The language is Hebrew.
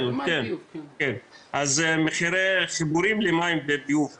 כן, מחירי חיבורים למים וביוב כמובן.